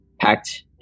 packed